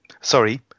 Sorry